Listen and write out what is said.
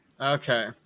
Okay